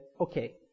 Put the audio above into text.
okay